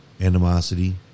Animosity